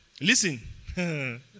listen